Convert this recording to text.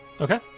okay